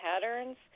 patterns